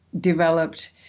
developed